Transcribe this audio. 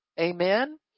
amen